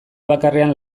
bakarrean